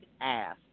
ass